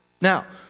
Now